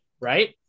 right